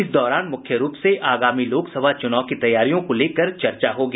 इस दौरान मुख्य रूप से आगामी लोकसभा चुनाव की तैयारियों को लेकर चर्चा होगी